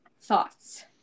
Thoughts